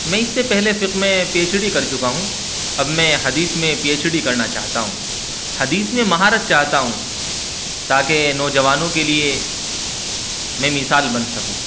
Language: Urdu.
میں اس سے پہلے فقہ میں پی ایچ ڈی کر چکا ہوں اب میں حدیث میں پی ایچ ڈی کرنا چاہتا ہوں حدیث میں مہارت چاہتا ہوں تاکہ نوجوانوں کے لیے میں مثال بن سکوں